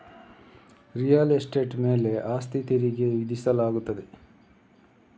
real estate ಮೇಲೆ ಆಸ್ತಿ ತೆರಿಗೆ ವಿಧಿಸಲಾಗುತ್ತದೆ